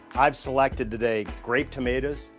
i've selected today, grape tomatoes,